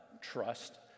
trust